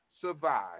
survive